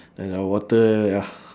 like the water ya